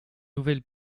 nouvelle